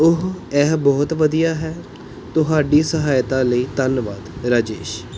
ਉਹ ਇਹ ਬਹੁਤ ਵਧੀਆ ਹੈ ਤੁਹਾਡੀ ਸਹਾਇਤਾ ਲਈ ਧੰਨਵਾਦ ਰਾਜੇਸ਼